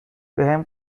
بهم